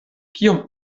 kiom